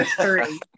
three